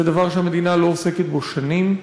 זה דבר שהמדינה לא עוסקת בו שנים,